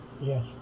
Yes